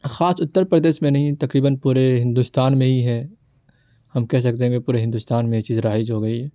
خاص اتر پردیش میں نہیں تقریباََ پورے ہندوستان میں ہی ہے ہم کہہ سکتے ہیں کہ پورے ہندوستان میں یہ چیز رائج ہو گئی